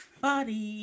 body